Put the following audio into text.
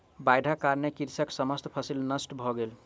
बाइढ़क कारणेँ कृषकक समस्त फसिल नष्ट भ गेल